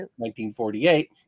1948